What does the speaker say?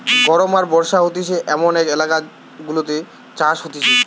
গরম আর বর্ষা হতিছে এমন যে এলাকা গুলাতে চাষ হতিছে